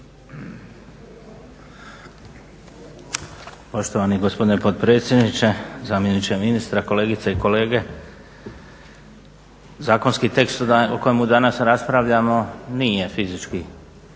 Poštovani gospodine potpredsjedniče, zamjeniče ministra, kolegice i kolege. Zakonski tekst o kojemu danas raspravljamo nije fizički